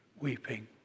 weeping